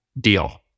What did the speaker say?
deal